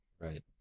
right